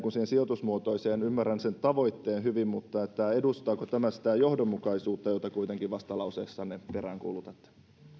sijoitusmuotoiseen ja ymmärrän sen tavoitteen hyvin mutta edustaako tämä sitä johdonmukaisuutta jota kuitenkin vastalauseessanne peräänkuulutatte